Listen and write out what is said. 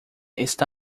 está